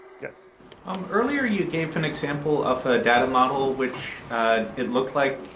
yes um earlier you came to an example of a data model which it looked like